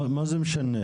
מה זה משנה?